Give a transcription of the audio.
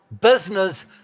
business